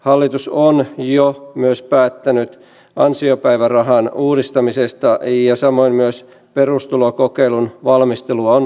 hallitus on jo myös päättänyt ansiopäivärahan uudistamisesta ja samoin perustulokokeilun valmistelua on aloitettu